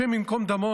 השם ייקום דמו,